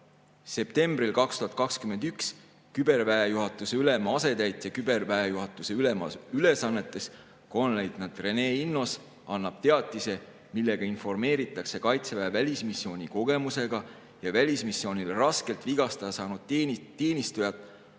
septembril 2021 küberväejuhatuse ülema asetäitja küberväejuhatuse ülema ülesannetes kolonelleitnant René Innos annab teatise, millega informeeritakse Kaitseväe välismissioonikogemusega ja välismissioonil raskelt vigastada saanud teenistujat